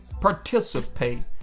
participate